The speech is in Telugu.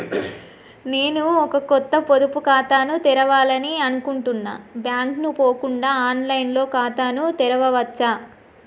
నేను ఒక కొత్త పొదుపు ఖాతాను తెరవాలని అనుకుంటున్నా బ్యాంక్ కు పోకుండా ఆన్ లైన్ లో ఖాతాను తెరవవచ్చా?